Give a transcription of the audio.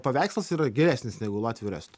paveikslas yra geresnis negu latvių ir estų